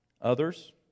Others